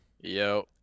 yo